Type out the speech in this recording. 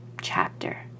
chapter